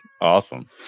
Awesome